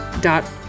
dot